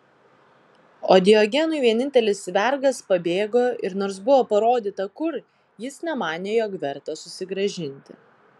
o diogenui vienintelis vergas pabėgo ir nors buvo parodyta kur jis nemanė jog verta susigrąžinti